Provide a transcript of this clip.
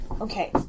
Okay